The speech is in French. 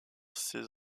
ces